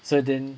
so then